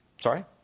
Sorry